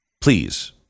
Please